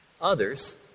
Others